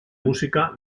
música